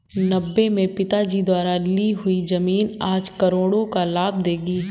नब्बे में पिताजी द्वारा ली हुई जमीन आज करोड़ों का लाभ देगी